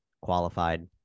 qualified